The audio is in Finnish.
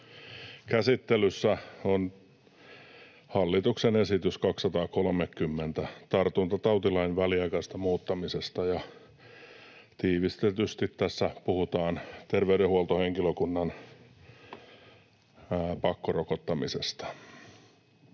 Käsittelyssä on hallituksen esitys 230 tartuntatautilain väliaikaisesta muuttamisesta, ja tiivistetysti tässä puhutaan terveydenhuoltohenkilökunnan pakkorokottamisesta.